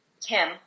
Tim